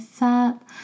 up